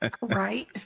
Right